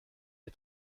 est